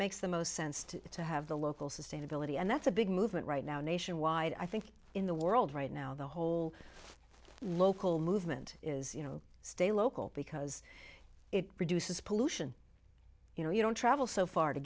makes the most sense to you to have the local sustainability and that's a big movement right now nationwide i think in the world right now the whole local movement is you know stay local because it produces pollution you know you don't travel so far to